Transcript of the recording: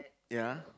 ya